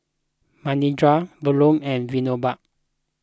Manindra Bellur and Vinoba